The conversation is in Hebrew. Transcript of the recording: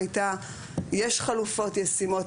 הייתה שיש חלופות ישימות,